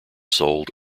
sold